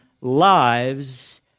lives